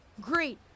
Great